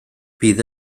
bydd